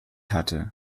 hatte